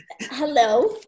Hello